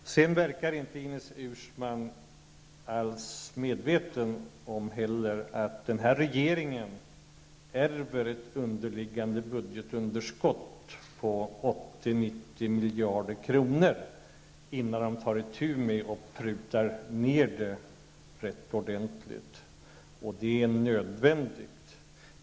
Ines Uusmann verkar inte heller medveten om att den nya regeringen ärver ett budgetunderskott på 80--90 miljarder kronor, som vi måste ta itu med att pruta ned rätt ordentligt. Det är nödvändigt.